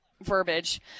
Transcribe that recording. verbiage